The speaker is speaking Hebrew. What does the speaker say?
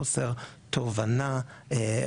חוסר תובנה,